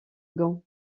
gand